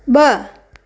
ॿ